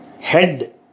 head